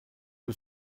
que